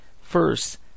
first